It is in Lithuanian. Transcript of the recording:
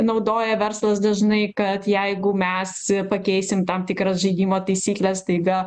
naudoja verslas dažnai kad jeigu mes pakeisim tam tikras žaidimo taisykles staiga